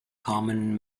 common